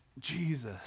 Jesus